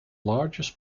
largest